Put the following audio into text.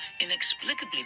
inexplicably